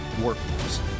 workforce